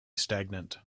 stagnant